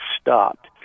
stopped